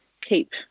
keep